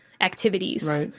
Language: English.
activities